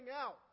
out